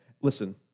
Listen